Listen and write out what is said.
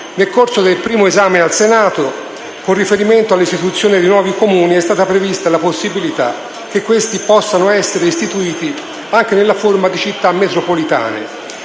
Nel corso del primo esame al Senato, con riferimento all'istituzione di nuovi Comuni, è stata prevista la possibilità che questi possano essere istituiti anche nella forma di Città metropolitane,